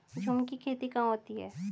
झूम की खेती कहाँ होती है?